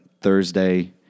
Thursday